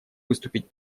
выступить